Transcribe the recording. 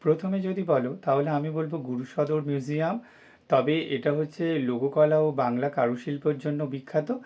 প্রথমে যদি বল তাহলে আমি বলব গুরুসদয় মিউজিয়াম তবে এটা হচ্ছে লোককলা ও বাংলা কারুশিল্পর জন্য বিখ্যাত